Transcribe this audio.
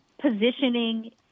positioning